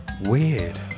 Weird